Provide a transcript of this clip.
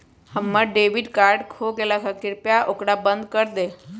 हम्मर debit card खो गयले है, कृपया ओकरा बंद कर दे